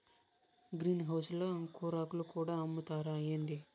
green house ల కూరాకులు కూడా అమ్ముతారా ఏంది